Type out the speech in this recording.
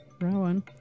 Rowan